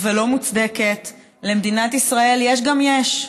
ולא מוצדקת למדינת ישראל יש גם יש,